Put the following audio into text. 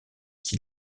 qui